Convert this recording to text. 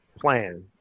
plan